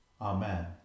Amen